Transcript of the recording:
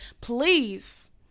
please